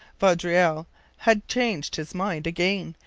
vaudreuil had changed his mind again,